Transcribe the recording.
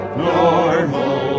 normal